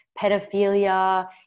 pedophilia